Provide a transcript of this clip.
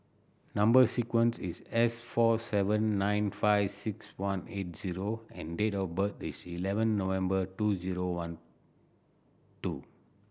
number sequence is S four seven nine five six one eight zero and date of birth is eleven November two zero one two